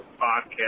podcast